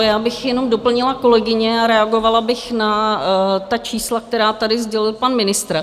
Já bych jenom doplnila kolegyně a reagovala bych na ta čísla, která tady sdělil pan ministr.